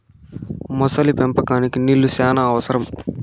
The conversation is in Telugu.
మొసలి పెంపకంకి నీళ్లు శ్యానా అవసరం